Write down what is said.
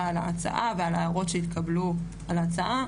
על ההצעה ועל ההערות שהתקבלו על ההצעה.